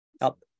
Up